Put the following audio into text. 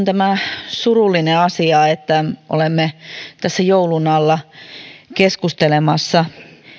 tämä surullinen asia että olemme tässä joulun alla keskustelemassa